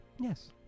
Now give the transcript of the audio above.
Yes